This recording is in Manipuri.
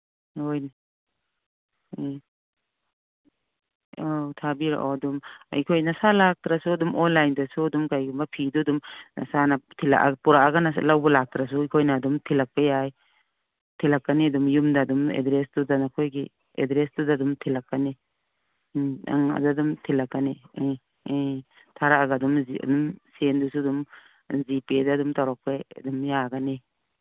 ꯍꯣꯏꯅꯦ ꯎꯝ ꯑꯧ ꯊꯥꯕꯤꯔꯛꯑꯣ ꯑꯗꯨꯝ ꯑꯩꯈꯣꯏ ꯅꯁꯥ ꯂꯥꯛꯇ꯭ꯔꯁꯨ ꯑꯗꯨꯝ ꯑꯣꯟꯂꯥꯏꯟꯗꯁꯨ ꯀꯩꯒꯨꯝꯕ ꯐꯤꯗꯨ ꯑꯗꯨꯝ ꯅꯁꯥꯅ ꯄꯨꯔꯛꯑꯒꯁꯨ ꯂꯧꯕ ꯂꯥꯛꯇ꯭ꯔꯁꯨ ꯑꯩꯈꯣꯏꯅ ꯑꯗꯨꯝ ꯊꯤꯜꯂꯛꯄ ꯌꯥꯏ ꯊꯤꯜꯂꯛꯀꯅꯤ ꯑꯗꯨꯝ ꯌꯨꯝꯗ ꯑꯗꯨꯝ ꯑꯦꯗ꯭ꯔꯦꯁꯇꯨꯗ ꯅꯈꯣꯏꯒꯤ ꯑꯦꯗ꯭ꯔꯦꯁꯇꯨꯗ ꯑꯗꯨꯝ ꯊꯤꯜꯂꯛꯀꯅꯤ ꯎꯝ ꯑꯪ ꯑꯥ ꯑꯗꯨꯗ ꯑꯗꯨꯝ ꯊꯤꯜꯂꯛꯀꯅꯤ ꯑꯪ ꯑꯪ ꯊꯥꯔꯛꯑꯒ ꯑꯗꯨꯝ ꯁꯦꯟꯗꯨꯁꯨ ꯑꯗꯨꯝ ꯖꯤꯄꯦꯗ ꯑꯗꯨꯝ ꯇꯧꯔꯛꯄ ꯑꯗꯨꯝ ꯌꯥꯒꯅꯤ